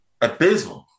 abysmal